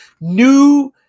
new